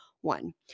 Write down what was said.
One